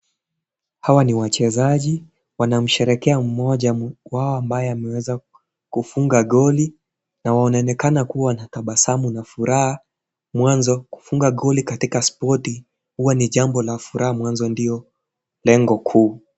Hawa ni wachezaji, wanamsherehekea mmoja wao ambaye ameweza kufunga goli na wanaonekana kua na tabasamu na furaha mwanzo kufunga goli katika spoti hua ni jambo la furaha mwanzo ndio lengo kuu.